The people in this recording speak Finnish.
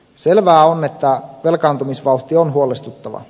selvää on että velkaantumisvauhti on huolestuttava